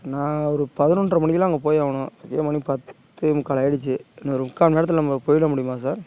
நான் ஒரு பதினொன்ற மணிக்கெலாம் அங்கே போயாகணும் இங்கேயே மணி பத்தே முக்கால் ஆயிடுச்சு இன்னும் ஒரு முக்காமணி நேரத்தில் நம்ம போயிட முடியுமா சார்